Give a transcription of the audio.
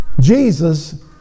Jesus